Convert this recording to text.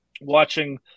watching